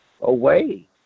away